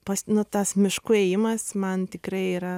pas tas mišku ėjimas man tikrai yra